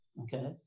okay